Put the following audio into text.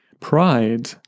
Pride